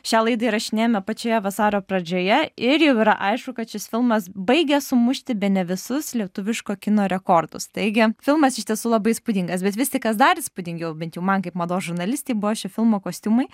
šią laidą įrašinėjame pačioje vasario pradžioje ir jau yra aišku kad šis filmas baigė sumušti bene visus lietuviško kino rekordus taigi filmas iš tiesų labai įspūdingas bet vis tik kas dar įspūdingiau bent jau man kaip mados žurnalistei buvo šio filmo kostiumai